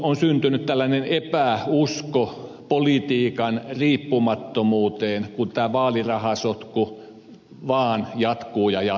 on syntynyt epäusko politiikan riippumattomuuteen kun tämä vaalirahasotku vaan jatkuu ja jatkuu